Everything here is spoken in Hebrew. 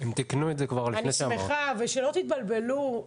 שלא תתבלבלו,